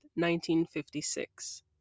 1956